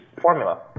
formula